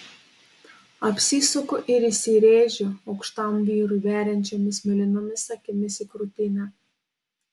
apsisuku ir įsirėžiu aukštam vyrui veriančiomis mėlynomis akimis į krūtinę